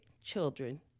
children